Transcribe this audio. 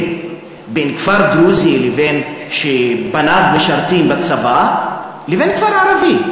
בין כפר דרוזי שבניו משרתים בצבא לבין כפר ערבי.